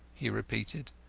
he repeated,